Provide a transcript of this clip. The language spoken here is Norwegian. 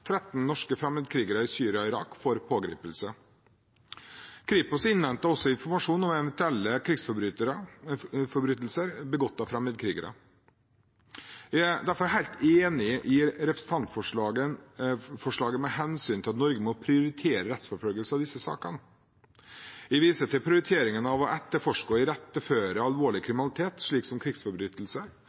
13 norske fremmedkrigere i Syria og Irak for pågripelse. Kripos innhenter også informasjon om eventuelle krigsforbrytelser begått av fremmedkrigere. Jeg er derfor helt enig i representantforslaget med hensyn til at Norge må prioritere rettsforfølgelse av disse sakene. Jeg viser til prioriteringen av å etterforske og iretteføre alvorlig kriminalitet, slik som krigsforbrytelser,